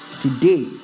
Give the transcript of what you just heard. Today